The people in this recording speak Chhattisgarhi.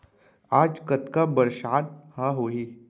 आज कतका बरसात ह होही?